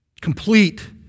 Complete